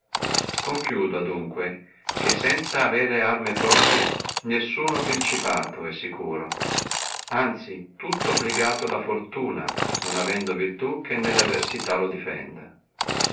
concludo adunque che sanza avere arme proprie nessuno principato è sicuro anzi è tutto obligato alla fortuna non avendo virtù che nelle avversità lo difenda